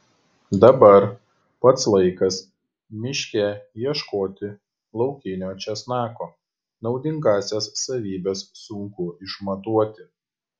dabar pats laikas miške ieškoti laukinio česnako naudingąsias savybes sunku išmatuoti